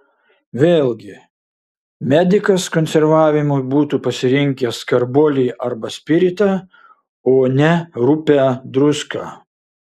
vėlgi medikas konservavimui būtų pasirinkęs karbolį arba spiritą o ne rupią druską